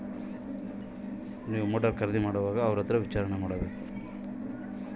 ವಿವಿಧ ಬೆಳೆಗಳಿಗೆ ನಾನು ಹೇಗೆ ಮೋಟಾರ್ ಹೊಂದಿಸಬೇಕು?